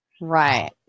right